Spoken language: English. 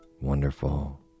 wonderful